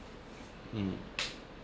mm